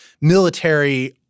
military